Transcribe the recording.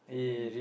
ten ringgit